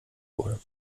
wurde